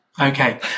Okay